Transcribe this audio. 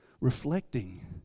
reflecting